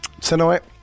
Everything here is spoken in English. tonight